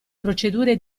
procedure